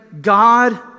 God